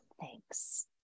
Thanks